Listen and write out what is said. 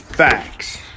Facts